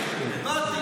ראיתי --- באתי.